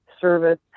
service